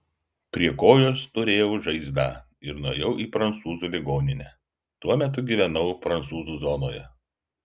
prie kojos turėjau žaizdą ir nuėjau į prancūzų ligoninę tuo metu gyvenau prancūzų zonoje